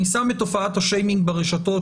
אני שם את תופעת השיימינג ברשתות,